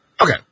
Okay